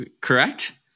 correct